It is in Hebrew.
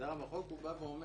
בהגדרה בחוק הוא בא ואומר